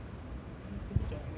谁是 joanna